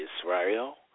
Israel